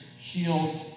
Shields